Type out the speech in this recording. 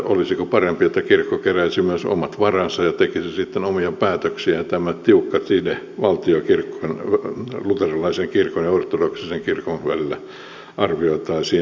olisiko parempi että kirkko keräisi omat varansa ja tekisi sitten omia päätöksiä ja tämä tiukka side valtion ja luterilaisen kirkon ja ortodoksisen kirkon välillä arvioitaisiin uudestaan